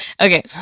Okay